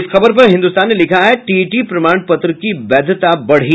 इस खबर पर हिन्दुस्तान ने लिखा है टीईटी प्रमाण पत्र की वैधता बढ़ी